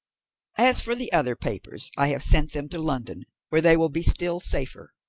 as for the other papers, i have sent them to london, where they will be still safer.